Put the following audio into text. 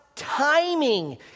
timing